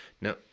now